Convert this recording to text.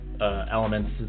Elements